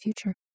future